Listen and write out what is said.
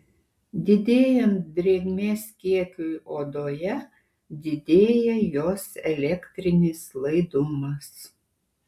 didėjant drėgmės kiekiui odoje didėja jos elektrinis laidumas